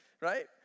right